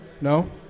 No